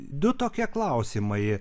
du tokie klausimai